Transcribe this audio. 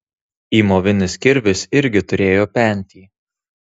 įmovinis kirvis irgi turėjo pentį